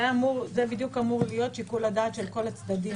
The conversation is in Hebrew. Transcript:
זה בדיוק אמור להיות שיקול דעת של כל הצדדים.